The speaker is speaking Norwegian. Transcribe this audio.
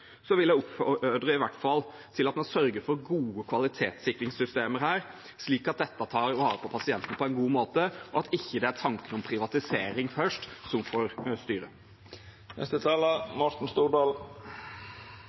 vil jeg i hvert fall oppfordre til at en sørger for gode kvalitetssikringssystemer her, slik at dette tar vare på pasientene på en god måte, og at ikke tanker om privatisering først får